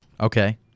Okay